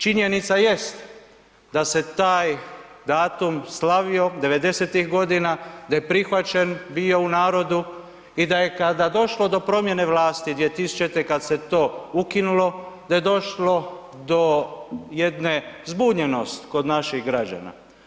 Činjenica jest da se taj datum slavio '90.-tih godina, da je prihvaćen bio u narodu i da je kada došlo do promjene vlasti 2000. kad se to ukinulo, da je došlo do jedne zbunjenost kod naših građana.